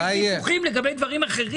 יש ויכוחים לגבי דברים אחרים.